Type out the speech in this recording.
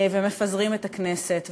ומפזרים את הכנסת.